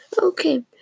Okay